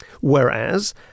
whereas